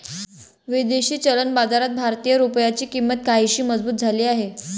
विदेशी चलन बाजारात भारतीय रुपयाची किंमत काहीशी मजबूत झाली आहे